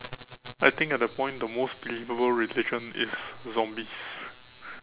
I think at that point the most believable religion is zombies